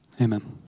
Amen